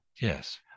Yes